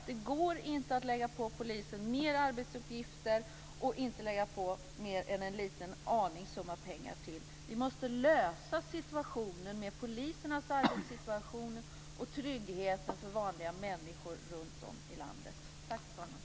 Det går inte att lägga på polisen mer arbetsuppgifter och inte lägga på mer än en liten aning pengar. Vi måste lösa situationen med polisernas arbetssituation och tryggheten för vanliga människor runtom i landet.